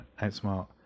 outsmart